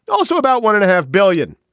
also about one and a half billion.